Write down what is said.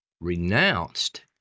renounced